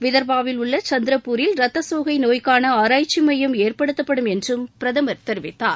விதர்பாவில் உள்ள சந்திரபூரில் ரத்தசோகை நோய்க்கான ஆராய்ச்சி மையம் ஏற்படுத்தப்படும் என்றும் பிரதமர் தெரிவித்தார்